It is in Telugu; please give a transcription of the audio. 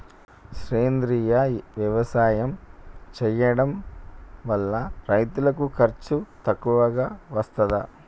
సేంద్రీయ వ్యవసాయం చేయడం వల్ల రైతులకు ఖర్చు తక్కువగా వస్తదా?